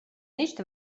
nicht